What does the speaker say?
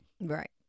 Right